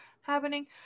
happening